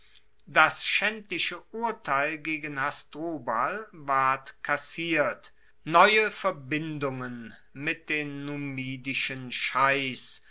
das schaendliche urteil gegen hasdrubal ward kassiert neue verbindungen mit den numidischen scheichs